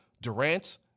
Durant